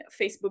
Facebook